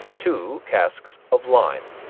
two casks of lime.